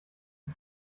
die